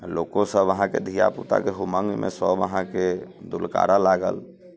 लोकोसभ अहाँके धियापुताके उमङ्गमे सभ अहाँके दुलकारय लागल